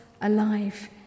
alive